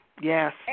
yes